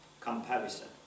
comparison